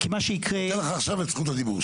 ניתן לך עכשיו את זה זכות הדיבור.